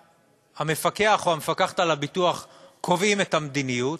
שהמפקח או המפקחת על הביטוח קובעים את המדיניות,